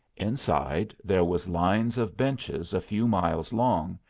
inside there was lines of benches a few miles long,